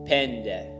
Pende